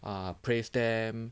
ah praise them